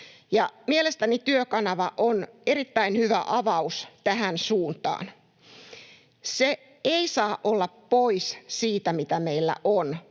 mielestäni Työkanava on erittäin hyvä avaus tähän suuntaan. Se ei saa olla pois siitä, mitä meillä on,